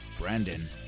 Brandon